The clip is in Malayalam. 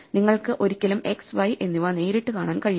നിങ്ങൾക്ക് ഒരിക്കലും x y എന്നിവ നേരിട്ട് കാണാൻ കഴിയില്ല